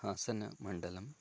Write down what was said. हासनमण्डलं